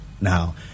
Now